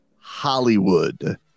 Hollywood